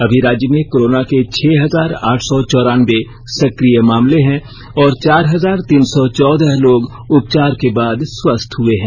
अभी राज्य में कोराना के छह हजार आठ सौ चौरानबे सक्रिय मामले हैं और चार हजार तीन सौ चौदह लोग उपचार के बाद स्वस्थ हुए हैं